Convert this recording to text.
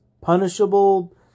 punishable